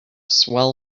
swell